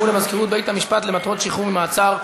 למזכירות בית-המשפט למטרות שחרור ממעצר),